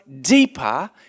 deeper